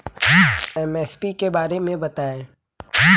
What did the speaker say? MSP के बारे में बतायें?